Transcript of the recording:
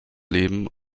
leben